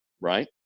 right